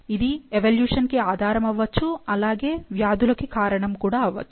ఇది ఎవల్యూషన్ కి ఆధారం అవ్వొచ్చు అలాగే వ్యాధులకు కారణం కూడా అవ్వచ్చు